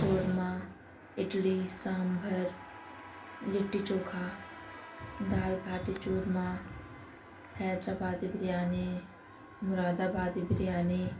قورمہ اڈلی سامبھر لٹّی چوکھا دال بھاٹی چورمہ حیدرآبادی بریانی مرادآبادی بریانی